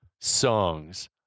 songs